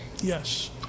Yes